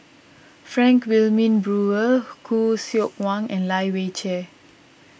Frank Wilmin Brewer Khoo Seok Wan and Lai Weijie